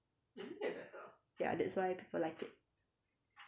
ya that's why people like it